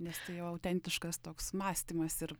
nes jo autentiškas toks mąstymas ir